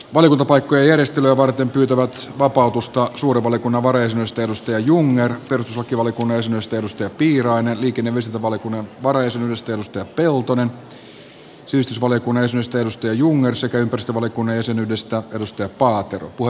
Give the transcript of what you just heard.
valiokuntapaikkojen järjestelyä varten pyytävät vapautusta suuren valiokunnan varajäsenyydestä mikael jungner perustuslakivaliokunnan jäsenyydestä raimo piirainen liikenne ja viestintävaliokunnan varajäsenyydestä tuula peltonen ja sivistysvaliokunnan jäsenyydestä mikael jungner sekä ympäristövaliokunnan jäsenyydestä sirpa paatero